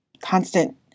constant